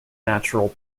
natural